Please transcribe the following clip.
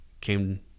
came